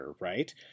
Right